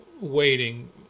waiting